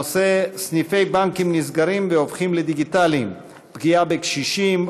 הנושא: סניפי בנקים נסגרים והופכים לדיגיטליים: פגיעה בקשישים,